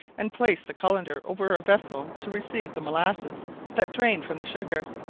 and placed the cullender over a vessel to receive the molasses that drained from the sugar.